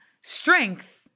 strength